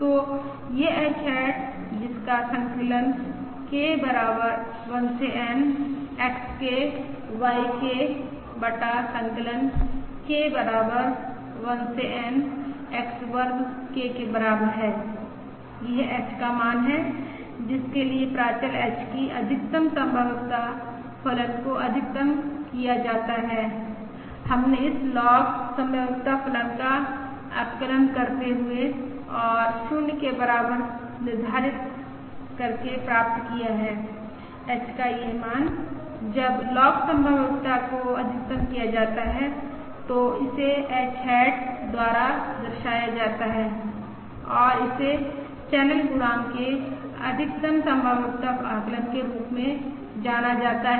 तो यह h hat जिसका संकलन K बराबर 1 से N XK YK बटा संकलन K बराबर 1 से N X वर्ग K के बराबर है यह h का मान है जिसके लिए प्राचल h की अधिकतम संभाव्यता फलन को अधिकतम किया जाता है हमने इस लॉग संभाव्यता फलन का अवकलन करते हुए और 0 के बराबर निर्धारित करके प्राप्त किया है h का यह मान जब लॉग संभाव्यता को अधिकतम किया जाता है तो इसे h हैट द्वारा दर्शाया जाता है और इसे चैनल गुणांक के अधिकतम संभाव्यता आकलन के रूप में जाना जाता है